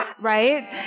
right